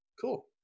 cool